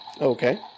Okay